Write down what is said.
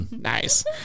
Nice